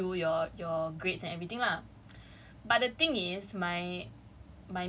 go through everything again and like they will send to review your your grades and everything lah